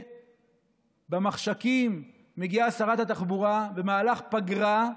ובמחשכים מגיעה שרת התחבורה, במהלך פגרה,